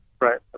Right